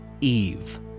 Eve